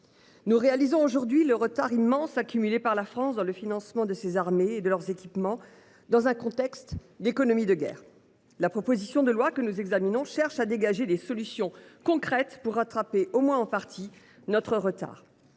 Nous réalisons aujourd’hui le retard immense accumulé par la France dans le financement de ses armées et de leurs équipements, et ce dans un contexte d’économie de guerre. Les auteurs de la proposition de loi que nous examinons ont cherché à dégager des solutions concrètes pour rattraper, au moins en partie, notre retard.